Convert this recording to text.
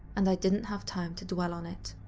and i didn't have time to dwell on it.